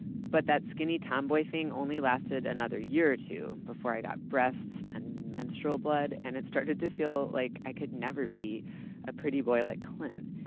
but that skinny tomboy thing only lasted another year or two before i got breasts and menstrual blood, and it started to feel like could never be a pretty boy like clint,